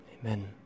amen